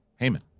Heyman